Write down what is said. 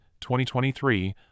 2023